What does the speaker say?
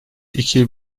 iki